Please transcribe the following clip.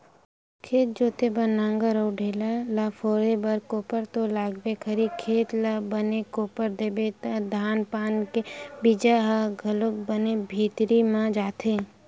खेत जोते बर नांगर अउ ढ़ेला ल फोरे बर कोपर तो लागबे करही, खेत ल बने कोपर देबे त धान पान के बीजा ह घलोक बने भीतरी म जाथे